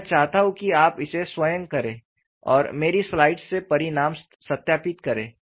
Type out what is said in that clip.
मैं चाहता हूं कि आप इसे स्वयं करें और मेरी स्लाइड से परिणाम सत्यापित करें